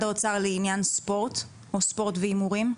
האוצר לעניין ספורט או ספורט והימורים?